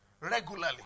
regularly